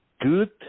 good